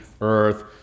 earth